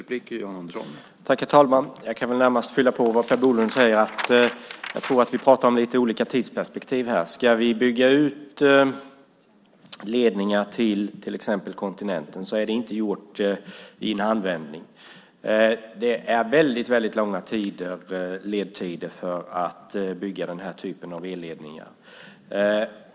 Herr talman! Jag kan närmast fylla på det som Per Bolund säger. Jag tror att vi pratar om lite olika tidsperspektiv. Ska vi bygga ut ledningar till kontinenten till exempel är det inte gjort i en handvändning. Det är väldigt långa ledtider för att bygga den här typen av elledningar.